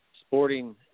sporting